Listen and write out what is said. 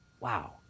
Wow